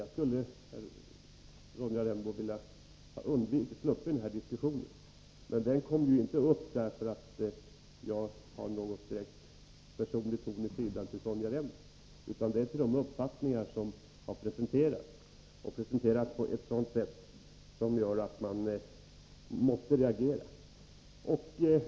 Jag skulle helst ha velat slippa den diskussionen, men den kom ju inte upp därför att jag har något horn i sidan till Sonja Rembo personligen. Det jag har ett horn i sidan till är de uppfattningar som har presenterats, och presenterats på ett sätt som gör att man måste reagera.